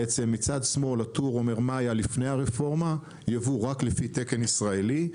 מצד שמאל הטור אומר מה היה לפני הרפורמה ייבוא רק לפי תקן ישראלי,